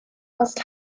must